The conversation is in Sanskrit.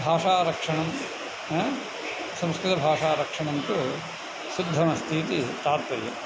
भाषारक्षणं संस्कृतभाषारक्षणं तु सिद्धमस्ति इति तात्पर्यम्